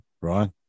Right